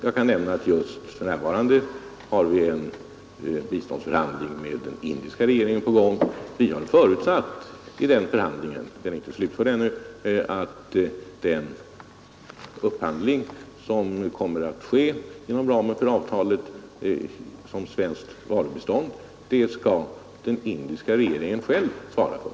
Jag kan nämna att vi just för närvarande har en biståndsförhandling med den indiska regeringen på gång. Vi har i den förhandlingen förutsatt — den är inte slutförd ännu — att den upphandling som inom ramen för avtalet kommer att ske som varubistånd skall den indiska regeringen själv svara för.